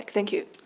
thank you.